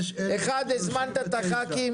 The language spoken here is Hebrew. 1 עד 5 --- אחד, הזמנת את חברי הכנסת.